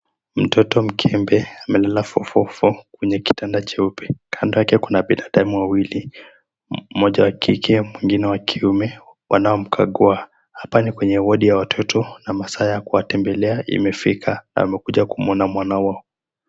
Mtoto mkembe amelala fofofo kwenye kitanda cheupe. Kando yake kuna binadamu wawili, mmoja wa kike, mwingine wa kiume, wanaomkagua. Hapa ni kwenye wodi ya watoto na masaa ya kuwatembelea imefika na wamekuja kumuona mwanao.